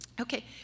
Okay